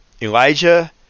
Elijah